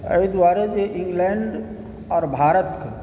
अहि दुआरे जे इंग्लैण्ड आओर भारतके